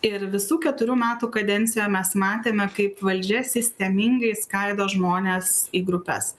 ir visų keturių metų kadenciją mes matėme kaip valdžia sistemingai skaido žmones į grupes